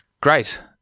great